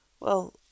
Well